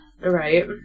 Right